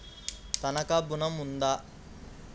తనఖా ఋణం ఉందా?